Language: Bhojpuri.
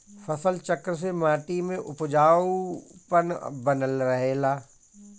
फसल चक्र से माटी में उपजाऊपन बनल रहेला